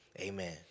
amen